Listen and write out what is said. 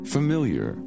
Familiar